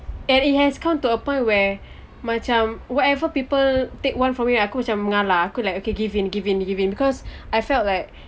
and it has come to a point where macam whatever people take one for me aku macam mengalah aku like okay give in give in give in cause I felt like